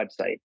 website